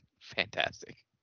Fantastic